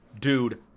dude